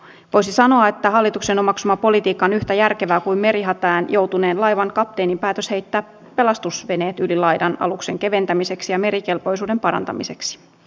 voisi sanoa että hallituksen omaksuma politiikka on yhtä järkevää kuin merihätään joutuneen laivan kapteenin päätös heittää pelastusveneet yli laidan aluksen keventämiseksi ja merikelpoisuuden parantamiseksi